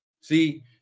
See